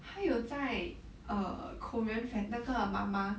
他有在 err korean fan~ 那个 MAMA